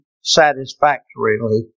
satisfactorily